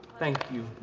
thank you.